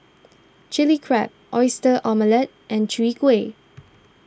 Chilli Crab Oyster Omelette and Chwee Kueh